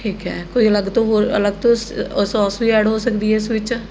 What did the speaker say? ਠੀਕ ਹੈ ਕੋਈ ਅਲੱਗ ਤੋਂ ਹੋਰ ਅਲੱਗ ਤੋਂ ਸ ਸੋਸ ਵੀ ਐਡ ਹੋ ਸਕਦੀ ਹੈ ਇਸ ਵਿੱਚ